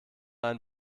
ein